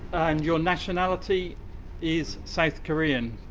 and your nationality is south korean?